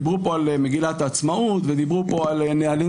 דיברו פה על מגילת העצמאות ודיברו פה על נהלים